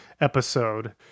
episode